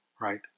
right